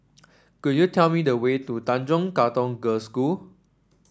could you tell me the way to Tanjong Katong Girls' School